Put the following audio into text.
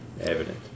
evident